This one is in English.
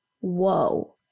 whoa